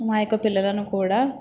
మా యొక్క పిల్లలను కూడా